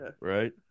right